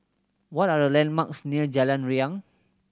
what are the landmarks near Jalan Riang